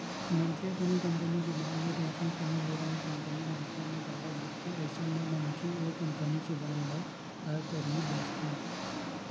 मनखे ह कोनो कंपनी के बांड ले रहिथे कोनो बेरा म कंपनी ह घाटा म जावत दिखथे अइसन म मनखे ओ कंपनी के बांड ल काय करही बेंचथे